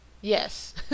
Yes